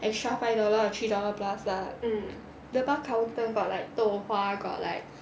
extra five dollar or three dollar plus lah the bar counter got like 豆花 got like